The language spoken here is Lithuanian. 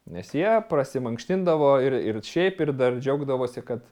nes jie prasimankštindavo ir ir šiaip ir dar džiaugdavosi kad